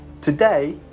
Today